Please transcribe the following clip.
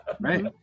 Right